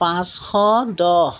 পাঁচশ দহ